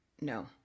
No